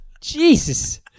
Jesus